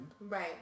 Right